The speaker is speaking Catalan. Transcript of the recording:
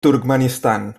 turkmenistan